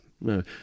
No